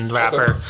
rapper